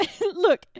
Look